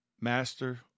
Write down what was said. Master